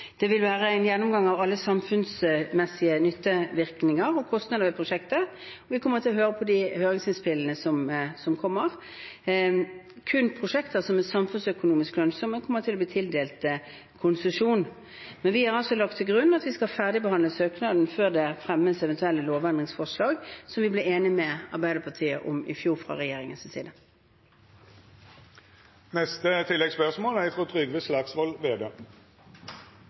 Det vil være en gjennomgang av alle samfunnsmessige nyttevirkninger og kostnader ved prosjektet, og vi kommer til å høre på høringsinnspillene som kommer. Kun prosjekter som er samfunnsøkonomisk lønnsomme, kommer til å bli tildelt konsesjon. Men vi har altså lagt til grunn at vi skal ferdigbehandle søknaden før det fremmes eventuelle lovendringsforslag, som vi fra regjeringens side ble enige med Arbeiderpartiet om i fjor. Det vert opna for oppfølgingsspørsmål – først Trygve Slagsvold Vedum.